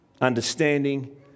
understanding